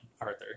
Arthur